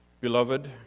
Beloved